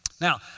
Now